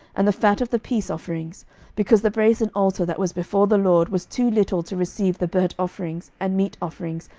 and the fat of the peace offerings because the brasen altar that was before the lord was too little to receive the burnt offerings, and meat offerings,